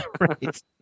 Right